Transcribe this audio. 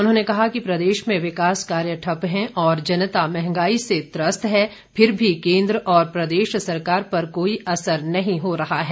उन्होंने कहा कि प्रदेश में विकास कार्य ठप्प हैं और जनता मंहगाई से त्रस्त है फिर भी केन्द्र और प्रदेश सरकार पर कोई असर नहीं हो रहा है